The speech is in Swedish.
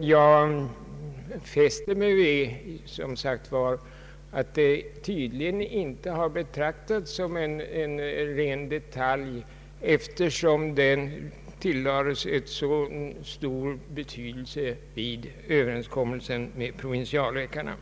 Jag har fäst mig vid att det, som sagt, tydligen inte har betraktats såsom en ren detalj, eftersom frågan tillmät tes så stor betydelse vid överenskommelsen med provinsialläkarna.